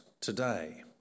today